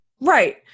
right